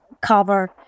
cover